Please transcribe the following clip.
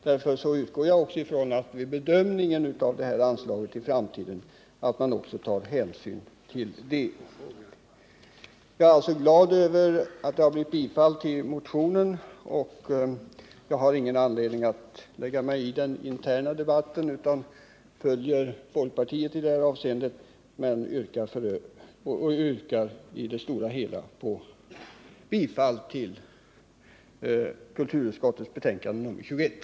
Därför utgår jag från att man vid bedömningen av anslaget i framtiden också tar hänsyn till det. Jag är alltså glad över att motionen tillstyrkts, och jag har ingen anledning att lägga mig i den interna borgerliga debatten utan följer regeringen i det här avseendet. Jag yrkar därför bifall till kulturutskottets hemställan i betänkandet nr 21.